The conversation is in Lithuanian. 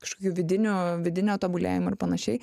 kažkokių vidinių vidinio tobulėjimo ir panašiai